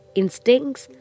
instincts